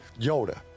Yoda